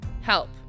Help